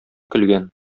көлгән